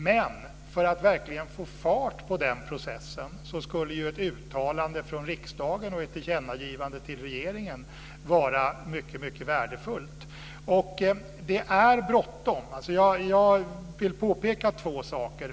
Men för att verkligen få fart på den processen skulle ju ett uttalande från riksdagen och ett tillkännagivande till regeringen vara mycket värdefullt. Det är bråttom. Jag vill påpeka två saker.